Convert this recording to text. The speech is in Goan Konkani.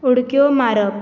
उडक्यो मारप